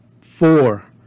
four